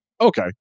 okay